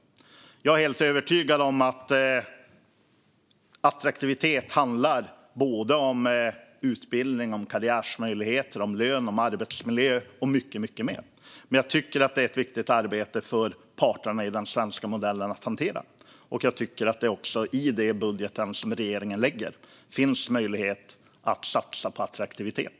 Jag är helt övertygad om att attraktivitet handlar om utbildning, karriärmöjligheter, lön, arbetsmiljö och mycket mer. Jag tycker att detta är ett viktigt arbete för parterna i den svenska modellen att hantera, och jag tycker att det även med den budget som regeringen lägger fram finns möjlighet att satsa på attraktivitet.